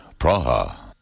Praha